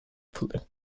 fuller